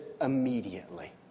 immediately